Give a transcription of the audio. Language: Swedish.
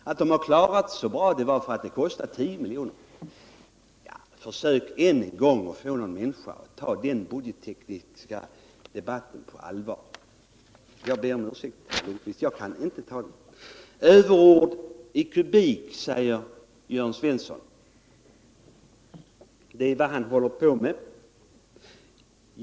Men det har faktiskt kostat 10 milj.kr. att klara bekämpandet av dessa sjukdomar. Försök än en gång att få någon människa att ta den budgettekniska debatten på allvar! Jag ber om ursäkt men jag kan det inte. Överord i kubik, säger Jörn Svensson. Det är vad han håller på med.